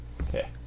okay